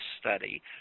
study